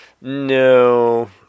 No